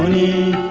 ea